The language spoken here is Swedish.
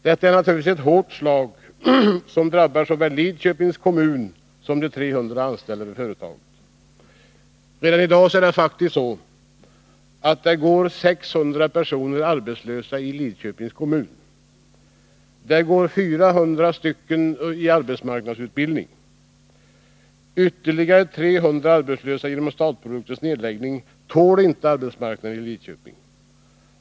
Detta är naturligtvis ett hårt slag, som drabbar såväl Lidköpings kommun som de 300 anställda vid företaget. Redan i dag går 600 personer arbetslösa i Lidköpings kommun, och ca 400 går i arbetsmarknadsutbildning. Ytterligare 300 arbetslösa genom Starprodukters nedläggning tål inte arbetsmarknaden i Lidköping.